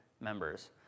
members